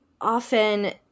often